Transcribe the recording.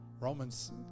romans